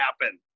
happen